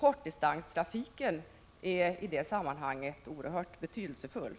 Kortdistanstrafiken är i detta sammanhang betydelsefull.